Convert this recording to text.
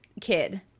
kid